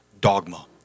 dogma